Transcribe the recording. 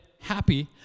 happy